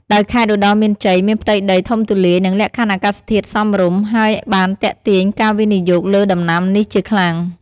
ដោយខេត្តឧត្តរមានជ័យមានផ្ទៃដីធំទូលាយ និងលក្ខខណ្ឌអាកាសធាតុសមរម្យ ហើយបានទាក់ទាញការវិនិយោគលើដំណាំនេះជាខ្លាំង។